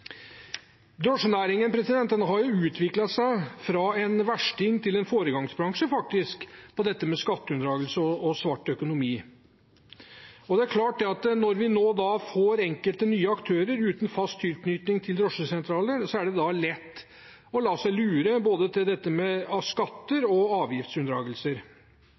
har faktisk utviklet seg fra en versting til en foregangsbransje når det gjelder dette med skatteunndragelse og svart økonomi, og det er klart at når vi nå får enkelte nye aktører uten fast tilknytning til drosjesentraler, er det lett å la seg lure til dette med både skatte- og avgiftsunndragelser.